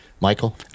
Michael